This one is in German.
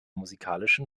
musikalischen